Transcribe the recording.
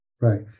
Right